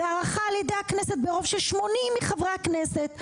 והערכה על ידי הכנסת ברוב של 80 מחברי הכנסת.